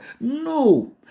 No